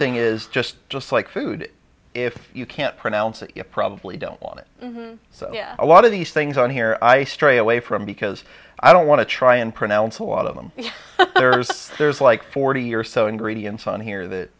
thing is just just like food if you can't pronounce it you probably don't want it so a lot of these things on here i stray away from because i don't want to try and pronounce a lot of them because there's like forty or so ingredients on here that